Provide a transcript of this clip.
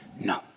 no